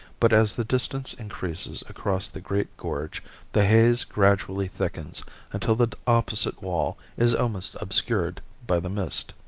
but as the distance increases across the great gorge the haze gradually thickens until the opposite wall is almost obscured by the mist.